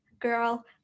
girl